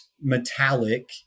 metallic